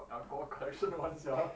got alcohol collection [one] sia